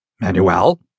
Manuel